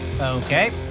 Okay